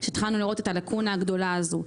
כשהתחלנו לראות את הלקונה הגדולה הזאת.